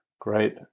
Great